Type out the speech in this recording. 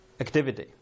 activity